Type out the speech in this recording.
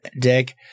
dick